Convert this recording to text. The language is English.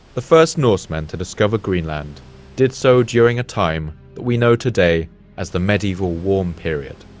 the first norseman to discover greenland did so during a time that we know today as the medieval warm period.